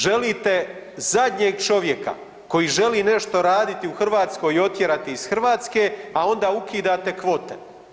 Želite zadnjeg čovjeka koji želi nešto raditi u Hrvatskoj i otjerati iz Hrvatske, a onda ukidate kvote.